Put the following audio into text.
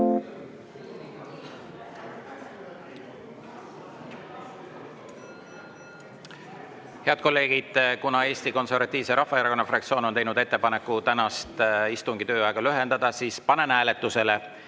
kolleegid, kuna Eesti Konservatiivse Rahvaerakonna fraktsioon on teinud ettepaneku tänase istungi tööaega lühendada, siis panen hääletusele